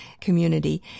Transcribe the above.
community